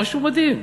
משהו מדהים,